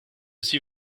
suis